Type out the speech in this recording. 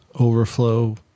overflow